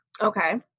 Okay